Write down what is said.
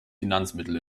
finanzmittel